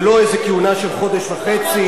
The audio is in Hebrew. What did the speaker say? זה לא איזו כהונה של חודש וחצי.